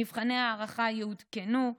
מבחני ההערכה יעודכנו.